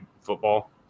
football